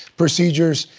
procedures,